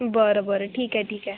बरं बरं ठीक आहे ठीक आहे